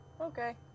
Okay